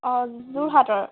অঁ যোৰহাটৰ